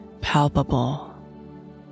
palpable